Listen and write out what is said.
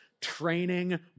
training